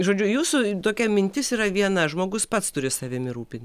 žodžiu jūsų tokia mintis yra viena žmogus pats turi savimi rūpintis